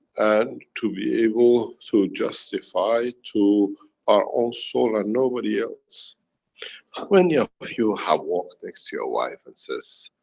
and. to be able to justify to our own soul and nobody else. how many ah of you have walked next to your wife and says,